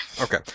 Okay